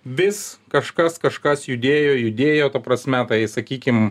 vis kažkas kažkas judėjo judėjo ta prasme tai sakykim